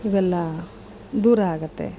ಇವೆಲ್ಲ ದೂರ ಆಗುತ್ತೆ